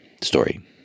story